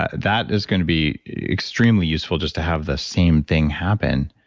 that is going to be extremely useful just to have the same thing happen.